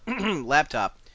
laptop